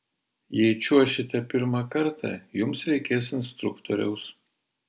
jei čiuošite pirmą kartą jums reikės instruktoriaus